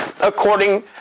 according